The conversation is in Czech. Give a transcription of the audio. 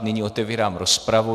Nyní otevírám rozpravu.